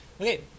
Okay